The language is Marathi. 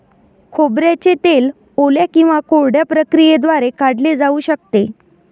खोबऱ्याचे तेल ओल्या किंवा कोरड्या प्रक्रियेद्वारे काढले जाऊ शकते